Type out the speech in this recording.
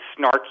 snarky